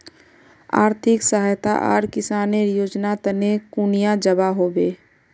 आर्थिक सहायता आर किसानेर योजना तने कुनियाँ जबा होबे?